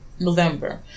November